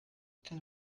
can